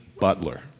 butler